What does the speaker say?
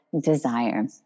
desire